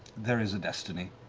there is a destiny,